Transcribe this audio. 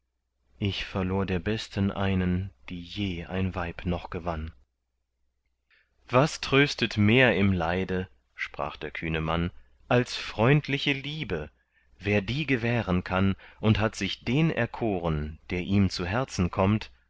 ich verlor der besten einen die je ein weib noch gewann was tröstet mehr im leide sprach der kühne mann als freundliche liebe wer die gewähren kann und hat sich den erkoren der ihm zu herzen kommt